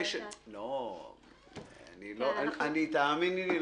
תאמיני לי,